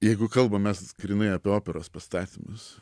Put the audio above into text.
jeigu kalbam mes grynai apie operos pastatymus